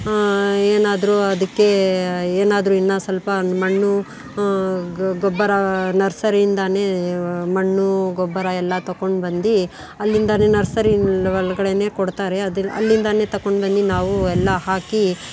ಏನಾದರೂ ಅದಕ್ಕೆ ಏನಾದರೂ ಇನ್ನೂ ಸ್ವಲ್ಪ ಮಣ್ಣು ಗೊಬ್ಬರ ನರ್ಸರಿಯಿಂದನೇ ಮಣ್ಣು ಗೊಬ್ಬರ ಎಲ್ಲ ತಕೊಂಡು ಬಂದು ಅಲ್ಲಿಂದಾನೇ ನರ್ಸರಿ ಒಳಗಡೆನೇ ಕೊಡ್ತಾರೆ ಅದು ಅಲ್ಲಿಂದಾನೇ ತಕೊಂಡು ಬಂದು ನಾವು ಎಲ್ಲ ಹಾಕಿ